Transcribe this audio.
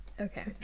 Okay